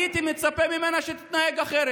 הייתי מצפה ממנה שתתנהג אחרת.